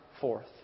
forth